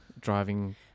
driving